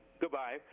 Goodbye